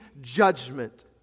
judgment